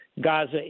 Gaza